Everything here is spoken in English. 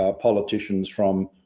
ah politicians from